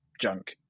junk